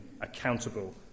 accountable